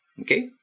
Okay